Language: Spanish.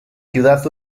ciudad